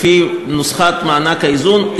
לפי נוסחת מענק האיזון,